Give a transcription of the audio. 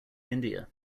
india